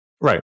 Right